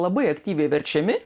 labai aktyviai verčiami